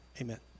amen